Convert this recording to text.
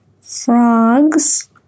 frogs